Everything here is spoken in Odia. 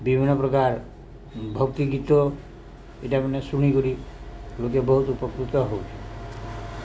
ବିଭିନ୍ନ ପ୍ରକାର୍ ଭକ୍ତି ଗୀତ ଇ'ଟାମାନେ ଶୁଣିିକରି ଲୁକେ ବହୁତ୍ ଉପକୃତ୍ ହେଉଛେ